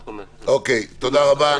תודה רבה.